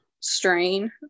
strain